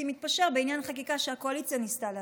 מתפשר בעניין חקיקה שהקואליציה ניסתה להביא,